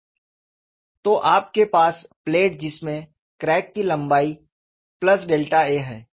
संदर्भ स्लाइड समय 3303 तो आपके पास प्लेट जिसमे क्रैक की लम्बाई a है